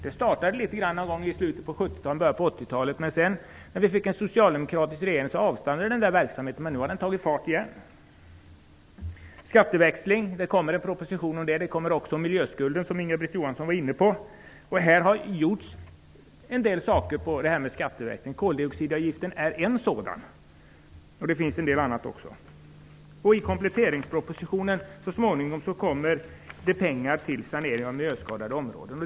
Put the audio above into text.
Det startade litet grand någon gång i slutet av 70-talet och början av 80-talet. När vi sedan fick en socialdemokratisk regering, avstannade verksamheten, men nu har den tagit fart igen. Skatteväxling kommer det en proposition om. Det kommer också en om miljöskulden, som Inga-Britt Johansson var inne på. Här har gjorts en del saker i fråga om skatteväxling. Koldioxidavgiften är en sådan, och det finns en del annat också. I kompletteringspropositionen kommer det pengar till sanering av miljöskadade områden.